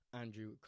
Andrew